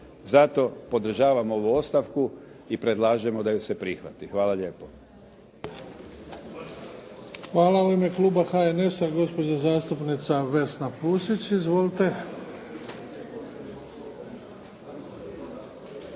Zato, podržavam ovu ostavku i predlažemo da ju se prihvati. Hvala lijepo. **Bebić, Luka (HDZ)** Hvala. U ime kluba HNS-a, gospođa zastupnica Vesna Pusić. Izvolite.